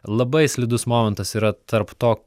labai slidus momentas yra tarp to